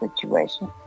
situation